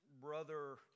brother